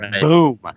boom